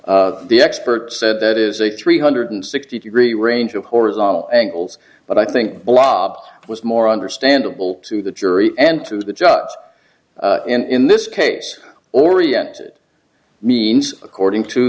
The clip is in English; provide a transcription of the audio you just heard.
unquote the experts said that is a three hundred sixty degree range of horizontal angles but i think blob was more understandable to the jury and to the judge in this case oriented means according to